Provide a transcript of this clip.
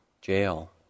Jail